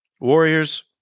Warriors